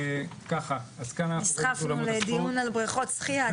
ככה --- נסחפנו לדיון על בריכות שחיה,